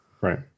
Right